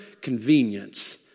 convenience